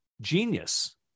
genius